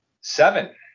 Seven